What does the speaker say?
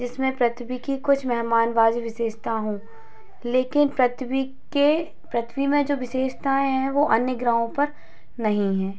जिसमें पृथ्वी की कुछ मेहमान नवाज़ विशेषता हों लेकिन पृथ्वी के पृथ्वी में जो विशेषताएँ हैं वो अन्य ग्रहों पर नहीं हैं